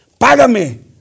Págame